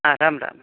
आ राम राम